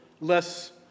less